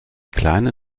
kleine